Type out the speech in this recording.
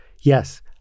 yes